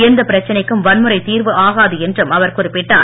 எந்தப் பிரச்சனைக்கும் வன்முறை தீர்வு ஆகாது என்றும் அவர் குறிப்பிட்டார்